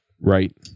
Right